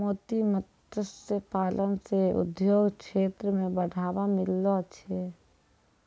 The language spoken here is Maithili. मोती मत्स्य पालन से उद्योग क्षेत्र मे बढ़ावा मिललो छै